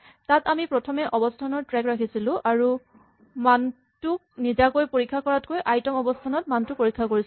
তাত আমি প্ৰথমে অৱস্হানৰ ট্ৰেক ৰাখিছিলো আৰু মানটোক নিজাকৈ পৰীক্ষা কৰাতকৈ আই তম অৱস্হানত মানটোৰ পৰীক্ষা কৰিছিলো